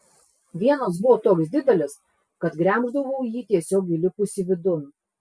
vienas buvo toks didelis kad gremždavau jį tiesiog įlipusi vidun